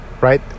right